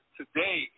today